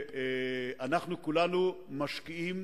כולנו משקיעים